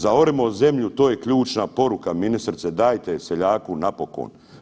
Zaorimo zemlju to je ključna poruka ministrice, dajte je seljaku napokon.